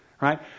right